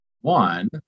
one